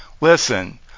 listen